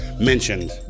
mentioned